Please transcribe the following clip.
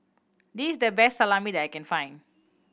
this is the best Salami that I can find